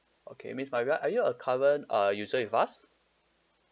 okay miss maria are you a current uh user with us